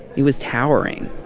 it was towering,